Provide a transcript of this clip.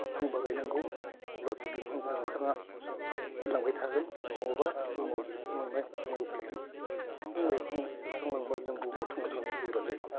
फांबा गायनांगौ अब्लासो दंफांआ देरलांबाय थागोन नङाबा बुहुमाबो जोबस्रांलांनो लामायाव फैगोन बिफां लाइफां जोबस्रांलांबा जों बुहुमाव थांना थानाया गोब्राब जायो